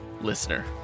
listener